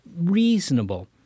reasonable